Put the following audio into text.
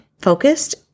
focused